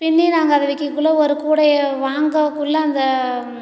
பின்னி நாங்கள் அதை விக்கக்குள்ளே ஒரு கூடையை வாங்கக்குள்ளே அந்த